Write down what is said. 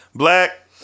black